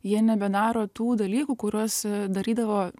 jie nebedaro tų dalykų kuriuos darydavo